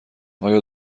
آیا